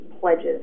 pledges